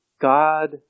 God